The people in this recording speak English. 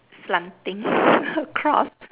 slanting across